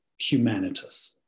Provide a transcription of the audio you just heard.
Humanitas